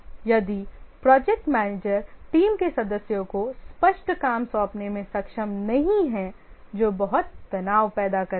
यदि project manager team के सदस्यों को स्पष्ट काम सौंपने में सक्षम नहीं है जो बहुत तनाव पैदा करता है